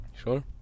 sure